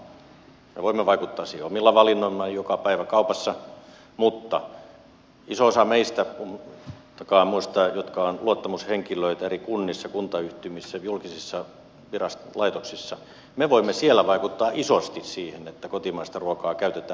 me voimme vaikuttaa siihen omilla valinnoillamme joka päivä kaupassa mutta iso osa meistä on luottamushenkilöitä eri kunnissa kuntayhtymissä ja julkisissa laitoksissa ja me voimme siellä vaikuttaa isosti siihen että kotimaista ruokaa käytetään enemmän